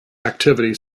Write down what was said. activity